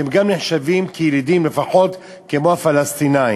שהם גם נחשבים כילידים, לפחות כמו הפלסטינים,